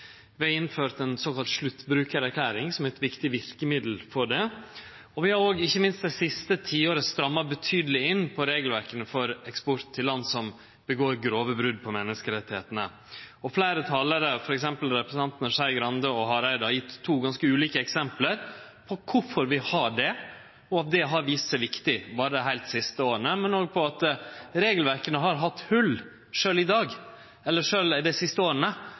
Vi har innført ei såkalla sluttbrukarerklæring som eit viktig verkemiddel for det, og vi har, ikkje minst det siste tiåret, stramma betydeleg inn på regelverka for eksport til land som gjer grove brot på menneskerettane. Fleire talarar, f.eks. representantane Skei Grande og Hareide, har gjeve to ganske ulike eksempel på kvifor vi har det, og at dette har vist seg viktig, også dei heilt siste åra Men regelverka har hatt hol, som har vorte openberre m.a. dei siste åra,